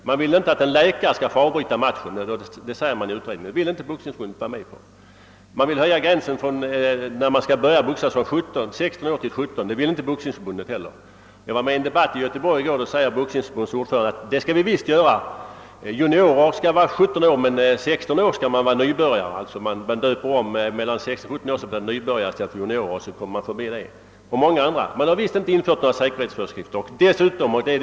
Man vill inte att en läkare skall få avbryta matchen. Utredningen vill höja gränsen från 16 till 17 år. Det vill inte Boxningsförbundet gå med på. Jag var med i en debatt i Göteborg i går. Där sade Boxningsförbundets ord förande att »det skall vi visst göra». Juniorer skall vara 17 år men vid 16 år skall man vara »nybörjare». Man döper för åldern från 16 till 17 år om benämningen genom att använda termen nybörjare, och så kommer man förbi den svårigheten. Så är det i många andra avseenden. Man har visst inte infört dessa säkerhetsföreskrifter, och man vill det inte heller.